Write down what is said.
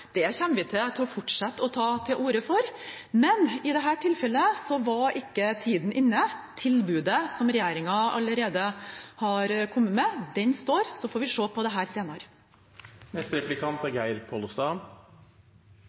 det kommer vi til å fortsette å ta til orde for. Men i dette tilfellet var ikke tiden inne. Tilbudet som regjeringen allerede har kommet med, står. Så får vi se på dette senere. Ut frå det konstitusjonelle er